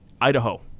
Idaho